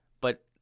but-